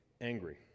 angry